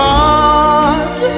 Heart